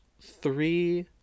three